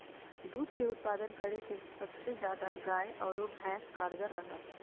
दूध के उत्पादन करे में सबसे ज्यादा गाय आरो भैंस कारगार रहा हइ